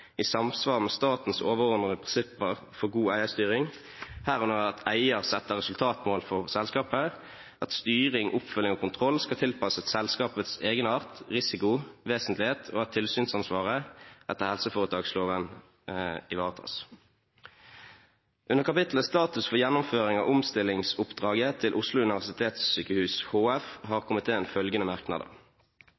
i de underliggende helseforetakene i samsvar med statens overordnede prinsipper for god eierstyring, herunder at eier setter resultatmål for selskapet, at styring, oppfølging og kontroll skal tilpasses selskapets egenart, risiko og vesentlighet og at tilsynsansvaret etter helseforetaksloven ivaretas.» Under kapitlet Status for gjennomføring av omstillingsoppdraget til Oslo universitetssykehus HF har